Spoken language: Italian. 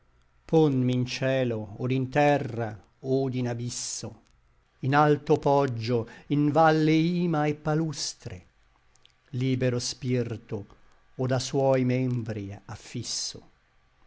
ponmi in cielo od in terra od in abisso in alto poggio in valle ima et palustre libero spirto od a suoi membri affisso